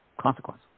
consequence